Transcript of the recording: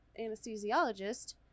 anesthesiologist